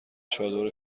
چادر